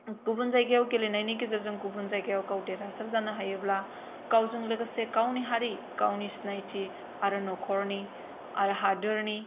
गुबुन जायगायाव गेलेनायनि गेजेरजों गुबुन जायगायाव गाव देरहासार जानो हायोब्ला गावजों लोगोसे गावनि हारि गावनि सिनायथि आरो न'खरनि आरो हादोरनि